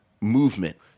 movement